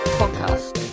podcast